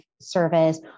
service